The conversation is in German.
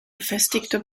befestigte